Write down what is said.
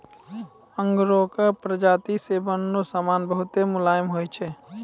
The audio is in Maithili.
आंगोराक प्राजाती से बनलो समान बहुत मुलायम होय छै